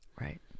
right